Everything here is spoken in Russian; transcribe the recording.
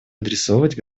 адресовать